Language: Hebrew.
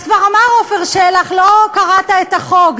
אז כבר אמר עפר שלח: לא קראת את החוק,